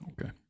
okay